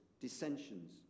dissensions